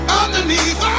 underneath